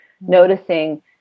noticing